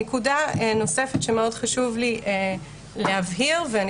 נקודה נוספת שמאוד חשוב לי להבהיר ואני